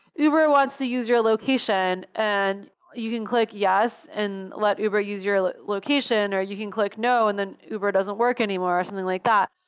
uber wants to use your location. and you can click yes and let uber use your location, or you can click no, and then uber doesn't work anymore. something like that.